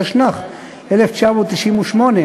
התשנ"ח 1998,